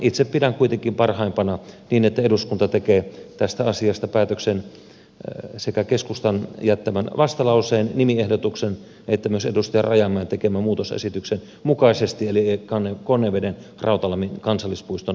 itse pidän kuitenkin parhaimpana sitä että eduskunta tekee tästä asiasta päätöksen sekä keskustan jättämän vastalauseen nimiehdotuksen että myös edustaja rajamäen tekemän muutosesityksen mukaisesti eli konnevedenrautalammin kansallispuiston nimen mukaisesti